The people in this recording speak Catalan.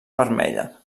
vermella